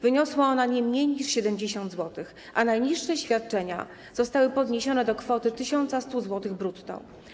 Wyniosła ona nie mniej niż 70 zł, a najniższe świadczenia zostały podniesione do kwoty 1100 zł brutto.